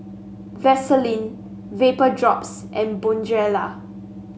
Vaselin Vapodrops and Bonjela